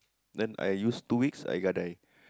then I use two weeks I gadai